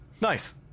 Nice